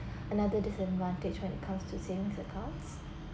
another disadvantage when it comes to things that